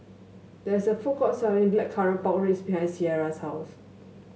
there is a food court selling Blackcurrant Pork Ribs behind Cierra's house